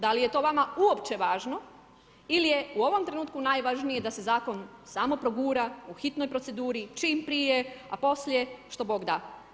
Da li je to vama uopće važno ili je u ovom trenutku najvažnije da se zakon samo progura po hitnoj proceduri, čim prije a poslije što bog da.